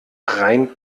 rein